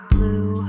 Blue